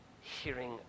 Hearing